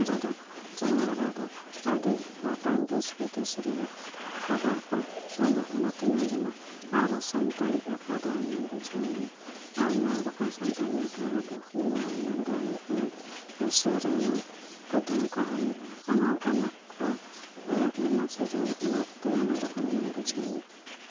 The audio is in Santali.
ᱨᱮᱫᱚ ᱪᱮᱱᱮᱞ ᱨᱮᱫᱚ ᱟᱹᱰᱤ ᱜᱚᱴᱟᱝ ᱫᱮᱥ ᱵᱤᱫᱮᱥ ᱨᱮᱭᱟᱜ ᱠᱷᱚᱵᱚᱨ ᱠᱚ ᱮᱢᱟ ᱚᱱᱟ ᱛᱮᱧ ᱟᱸᱡᱚᱢᱟ ᱟᱨ ᱥᱟᱱᱛᱟᱲᱤ ᱟᱠᱷᱲᱟ ᱫᱚ ᱟᱸᱡᱚᱢ ᱵᱩᱡᱷᱟᱹᱣᱟᱹᱧᱟ ᱟᱭᱢᱟ ᱞᱮᱠᱟᱱ ᱥᱟᱱᱛᱟᱲᱤ ᱟᱠᱷᱲᱟ ᱨᱮ ᱫᱚ ᱦᱩᱭᱩᱜᱼᱟ ᱚᱸᱰᱮ ᱫᱚ ᱦᱩᱭᱩᱜ ᱠᱟᱱᱟ ᱥᱮᱨᱮᱧ ᱠᱩᱫᱩᱢ ᱠᱟᱦᱟᱱᱤ ᱟᱭᱢᱟ ᱚᱝᱠᱟᱱᱟᱜ ᱠᱚ ᱮᱢᱟ ᱥᱮᱡᱚ ᱚᱱᱟᱛᱮ ᱜᱮ ᱚᱱᱟᱫᱚ ᱟᱸᱡᱚᱢ ᱵᱩᱡᱷᱟᱹᱣᱟ